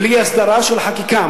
בלי הסדרה של חקיקה,